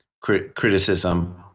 criticism